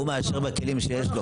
לא, הוא מאשר בכלים שיש לו.